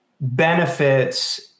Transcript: benefits